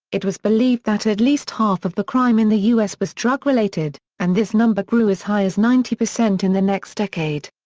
it was believed that at least half of the crime in the u s. was drug related, and this number grew as high as ninety percent in the next decade.